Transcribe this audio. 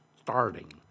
starting